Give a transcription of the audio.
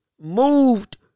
moved